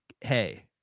hey